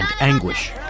anguish